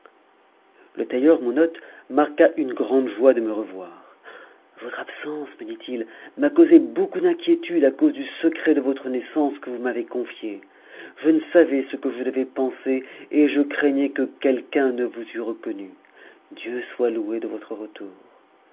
le tailleur mon hôte marqua une grande joie de me revoir votre absence me dit-il m'a causé beaucoup d'inquiétude à cause du secret de votre naissance que vous m'avez confié je ne savais ce que je devais penser et je craignais que quelqu'un ne vous eût reconnu dieu soit loué de votre retour